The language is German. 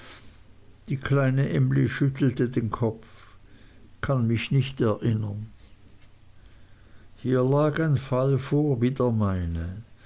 die kleine emly schüttelte den kopf kann mich nicht erinnern hier lag ein fall vor wie der meine